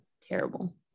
Terrible